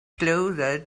closer